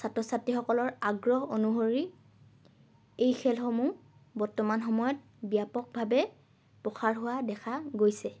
ছাত্ৰ ছাত্ৰীসকলৰ আগ্ৰহ অনুসৰি এই খেলসমূহ বৰ্তমান সময়ত ব্যাপকভাৱে প্ৰসাৰ হোৱা দেখা গৈছে